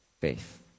faith